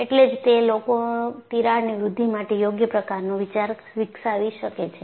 એટલે જ તે લોકો તિરાડની વૃદ્ધિ માટે યોગ્ય પ્રકાર નો વિચાર વિકસાવી શકે છે